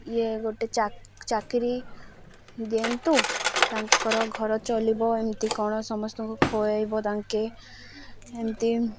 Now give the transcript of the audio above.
ଇଏ ଗୋଟେ ଚାକିରି ଦିଅନ୍ତୁ ତାଙ୍କର ଘର ଚଳିବ ଏମିତି କ'ଣ ସମସ୍ତଙ୍କୁ ଖୁଆଇବ ତାଙ୍କେ ଏମିତି